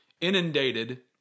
inundated